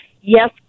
yes